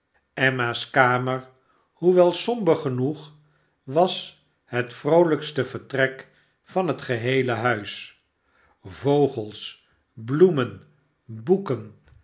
emma's kamer hoewel somber genoeg was het vroolijkste vertrek van het geheele huis vogels bloemen boeken